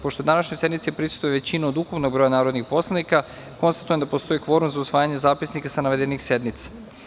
Pošto današnjoj sednici prisustvuje većina od ukupnog broja narodnih poslanika, konstatujem da postoji kvorum za usvajanje zapisnika sa navedenih sednica.